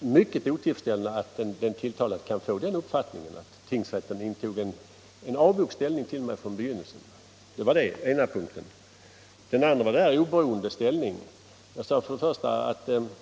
mycket otillfredsställande att en tilltalad kan få uppfattningen att tingsrätten intog en avog hållning till honom från begynnelsen. — Det var den ena punkten. Den andra punkten gällde försvararnas oberoende ställning.